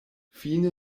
fine